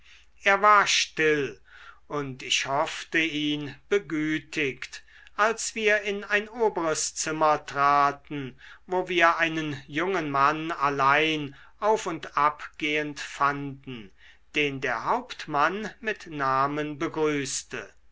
er war still und ich hoffte ihn begütigt als wir in ein oberes zimmer traten wo wir einen jungen mann allein auf und ab gehend fanden den der hauptmann mit namen begrüßte